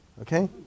Okay